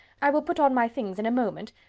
i will put on my things in a moment.